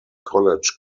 college